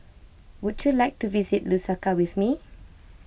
would you like to visit Lusaka with me